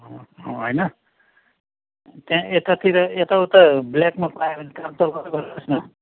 होइन त्यहाँ यतातिर यता उता ब्ल्याकमा पायो भने काम चलाउँदै गर्नुहोस् न